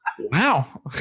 wow